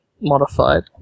modified